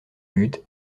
but